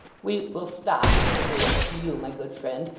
we will stop, if agreeable to you, my good friend,